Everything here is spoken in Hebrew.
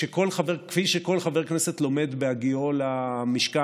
כפי שכל חבר כנסת לומד בהגיעו למשכן,